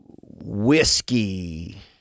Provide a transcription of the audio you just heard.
whiskey